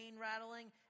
rattling